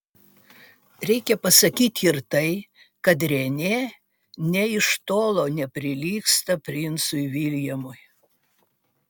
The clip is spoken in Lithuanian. reikia pasakyti ir tai kad renė nė iš tolo neprilygsta princui viljamui